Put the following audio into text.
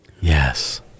yes